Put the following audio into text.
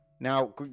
now